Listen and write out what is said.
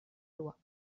loi